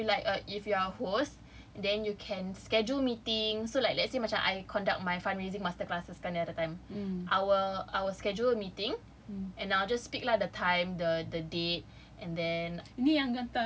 ya so if you like uh if you're a host then you can schedule meeting so like let's say macam I conduct my fundraising master classes kan the other time I will I will schedule a meeting and I'll just pick the time the date and then